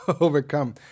overcome